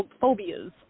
phobias